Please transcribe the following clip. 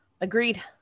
agreed